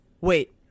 wait